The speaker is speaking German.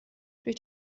durch